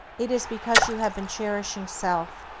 it is because you have been cherishing self.